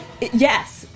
Yes